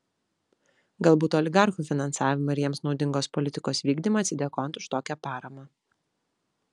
galbūt oligarchų finansavimą ir jiems naudingos politikos vykdymą atsidėkojant už tokią paramą